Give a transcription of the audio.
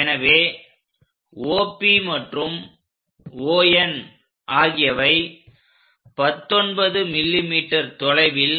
எனவே OP மற்றும் ON ஆகியவை 19 mm தொலைவில்